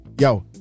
yo